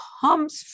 comes